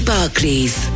Barclays